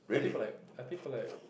I think for like I think for like